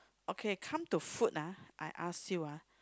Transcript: okay come to food ah I ask you ah